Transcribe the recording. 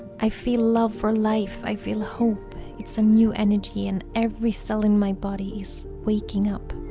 i feel love for life i feel hope it's a new energy and every cell in my body is waking up